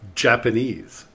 Japanese